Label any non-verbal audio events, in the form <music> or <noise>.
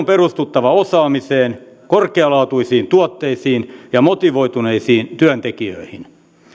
<unintelligible> perustuttava osaamiseen korkealaatuisiin tuotteisiin ja motivoituneisiin työntekijöihin